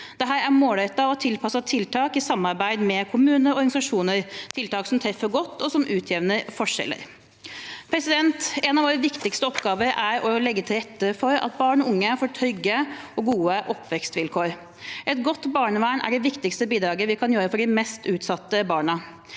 Dette er målrettede og tilpassede tiltak i samarbeid med kommunene og organisasjonene, tiltak som treffer godt, og som vil utjevne forskjeller. En av våre viktigste oppgaver er å legge til rette for at barn og unge får trygge og gode oppvekstsvilkår. Et godt barnevern er det viktigste bidraget vi kan gi til de mest utsatte barna.